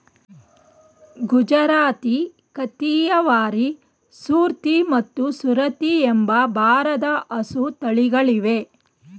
ಗುಜರಾತಿ, ಕಾಥಿಯವಾರಿ, ಸೂರ್ತಿ ಮತ್ತು ಸುರತಿ ಎಂಬ ಭಾರದ ಹಸು ತಳಿಗಳಿವೆ